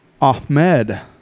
ahmed